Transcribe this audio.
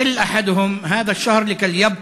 לבית-הספר ושאף אחד מהם לא ינצל את החודש